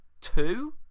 two